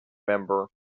member